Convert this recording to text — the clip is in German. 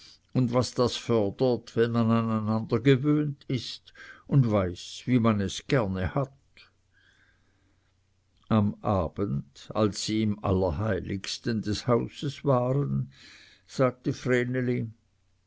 und was das fördert wenn man an einander gewöhnt ist und weiß wie man es gerne hat am abend als sie im allerheiligsten des hauses waren sagte